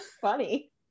funny